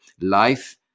life